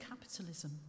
capitalism